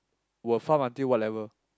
will farm until what level